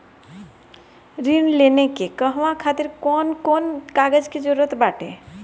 ऋण लेने के कहवा खातिर कौन कोन कागज के जररूत बाटे?